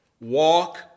Walk